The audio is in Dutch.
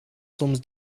soms